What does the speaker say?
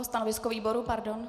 Stanovisko výboru, pardon.